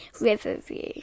Riverview